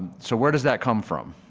so where does that come from?